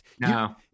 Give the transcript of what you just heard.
No